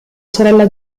sorella